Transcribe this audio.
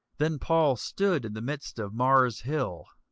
then paul stood in the midst of mars' hill,